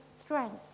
strengths